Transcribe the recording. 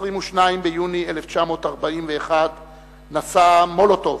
ב-22 ביוני 1941 נשא מולוטוב,